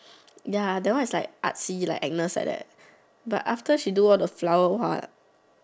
ya that one is like artsy like Agnes like that but after she do all the flower !wah!